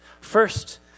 First